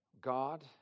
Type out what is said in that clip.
God